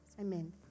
Amen